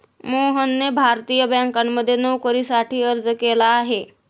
मोहनने भारतीय बँकांमध्ये नोकरीसाठी अर्ज केला आहे